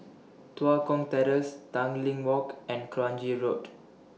Tua Kong Terrace Tanglin Walk and Kranji Road